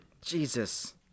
Jesus